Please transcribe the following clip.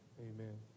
amen